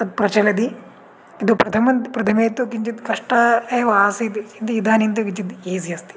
तद् प्रचलति किन्तु प्रथमं प्रथमेतु किञ्चित् कष्टम् एव आसीद् किन्तु इदानीं तु किञ्चित् ईज़ि अस्ति